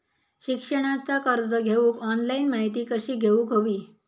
शिक्षणाचा कर्ज घेऊक ऑनलाइन माहिती कशी घेऊक हवी?